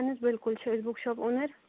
اہن حظ بِلکُل چھِ أسۍ بُک شاپ اونَر